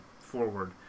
forward